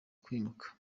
kwimuka